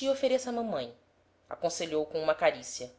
e ofereça à mamãe aconselhou com uma carícia